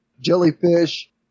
jellyfish